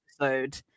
episode